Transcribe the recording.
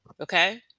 okay